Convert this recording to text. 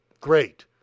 great